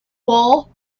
wall